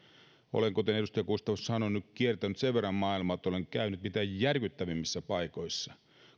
kuten edustaja gustafsson sanoi olen kiertänyt sen verran maailmaa että olen käynyt mitä järkyttävimmissä paikoissa